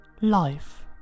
Life